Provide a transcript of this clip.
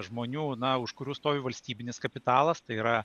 žmonių na už kurių stovi valstybinis kapitalas tai yra